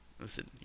listen